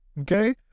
Okay